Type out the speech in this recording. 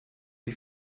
die